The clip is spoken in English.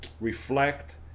Reflect